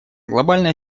глобальная